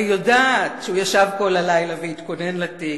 אני יודעת שהוא ישב כל הלילה והתכונן לתיק,